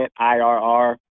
IRR